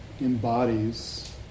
embodies